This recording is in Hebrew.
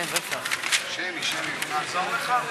לעזור לך?